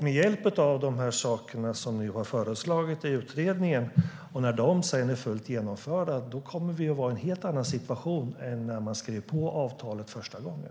Med hjälp av de saker som nu har föreslagits i utredningen kommer vi, när de är fullt genomförda, att vara i en helt annan situation än när man skrev på avtalet första gången.